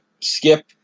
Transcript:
Skip